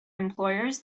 employers